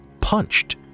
punched